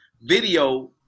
video